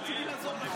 רציתי לעזור לכם,